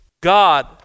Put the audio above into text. God